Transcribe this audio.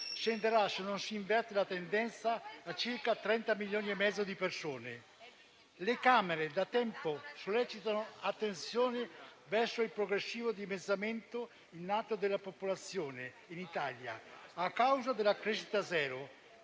scenderà - se non si inverte la tendenza - a circa 30,5 milioni di persone. Le Camere, da tempo, sollecitano l'attenzione verso il progressivo dimezzamento in atto della popolazione in Italia, a causa della crescita zero,